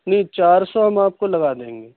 نہیں چارسو ہم آپ کو لگا دیں گے